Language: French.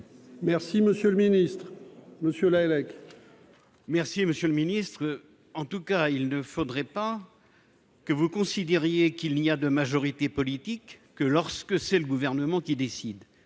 Merci, monsieur le Ministre Monsieur Lahellec.